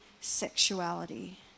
sexuality